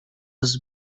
was